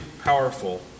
powerful